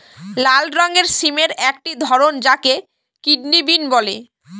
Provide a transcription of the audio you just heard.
লাল রঙের সিমের একটি ধরন যাকে কিডনি বিন বলে